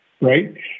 right